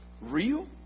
real